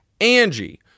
Angie